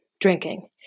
drinking